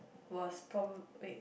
was probab~ wait